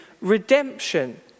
redemption